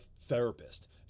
therapist